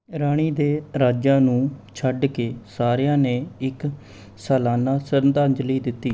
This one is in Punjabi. ਰਾਣੀ ਦੇ ਰਾਜਾਂ ਨੂੰ ਛੱਡ ਕੇ ਸਾਰਿਆਂ ਨੇ ਇੱਕ ਸਲਾਨਾ ਸ਼ਰਧਾਜਲੀ ਦਿੱਤੀ